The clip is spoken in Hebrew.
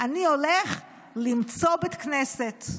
אני הולך למצוא בית כנסת,